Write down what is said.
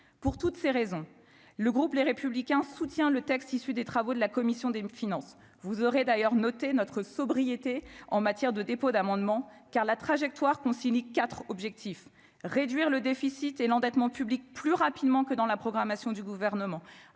pour toutes ces raisons, le groupe Les Républicains soutient le texte issu des travaux de la commission des finances, vous aurez d'ailleurs noté notre sobriété en matière de dépôt d'amendements car la trajectoire concilie quatre objectif: réduire le déficit et l'endettement public plus rapidement que dans la programmation du gouvernement,